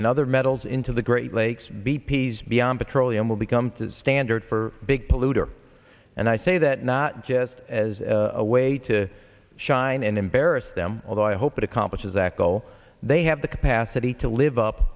and other metals into the great lakes b p s beyond petroleum will become to standard for big polluter and i say that not just as a way to shine and embarrass them although i hope it accomplishes akhil they have the capacity to live up